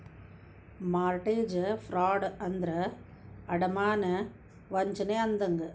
mortgage fraud ಅಂದ್ರ ಅಡಮಾನ ವಂಚನೆ ಅಂದಂಗ